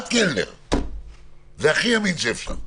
עד קלנר שזה הכי ימין שאפשר.